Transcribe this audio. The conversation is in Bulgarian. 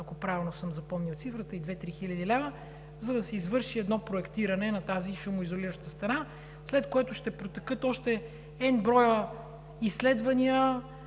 ако правилно съм запомнил цифрата, за да се извърши едно проектиране за тази шумоизолираща стена, след което ще протекат още n броя изследвания,